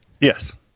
Yes